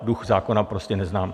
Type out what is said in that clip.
Duch zákona prostě neznám.